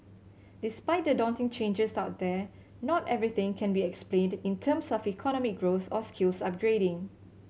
despite the daunting changes out there not everything can be explained in terms of economic growth or skills upgrading